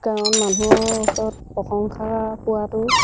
কাৰণ মানুহৰ ওচৰত প্ৰশংসা পোৱাটো